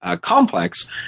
complex